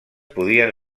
podien